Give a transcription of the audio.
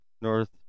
north